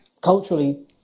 culturally